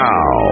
Now